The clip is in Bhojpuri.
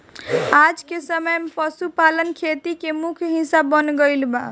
आजके समय में पशुपालन खेती के मुख्य हिस्सा बन गईल बा